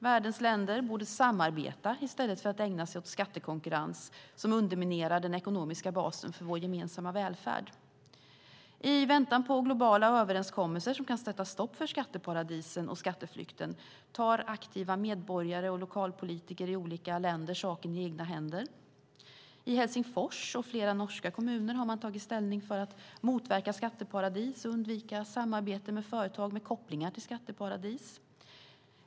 Världens länder borde samarbeta i stället för att ägna sig åt skattekonkurrens som underminerar den ekonomiska basen för vår gemensamma välfärd. I väntan på globala överenskommelser som kan sätta stopp för skatteparadisen och skatteflykten tar aktiva medborgare och lokalpolitiker i olika länder saken i egna händer. I Helsingfors och flera norska kommuner har man tagit ställning för att "motverka skatteparadis och att undvika samarbete med företag med kopplingar till skatteparadis".